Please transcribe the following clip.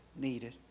needed